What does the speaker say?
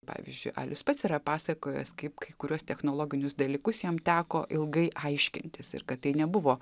pavyzdžiui alius pats yra pasakojęs kaip kai kuriuos technologinius dalykus jam teko ilgai aiškintis ir kad tai nebuvo